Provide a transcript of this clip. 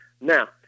Now